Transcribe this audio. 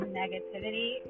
negativity